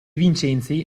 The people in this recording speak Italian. vincenzi